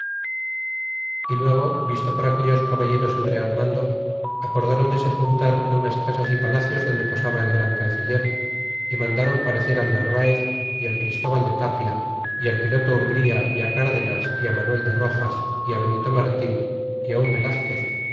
y luego visto por aquellos caballeros el real mando acordron de se juntar en unas casas y palacios donde posaba el gran canciller y mandaron parecer al narvaez y al christóbal de tapia y al piloto umbria y cardenas y manuel de roxas y benito martin y un velazquez